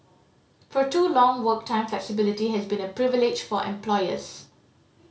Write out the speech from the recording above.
for too long work time flexibility has been a privilege for employers